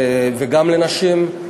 וגם לנשים.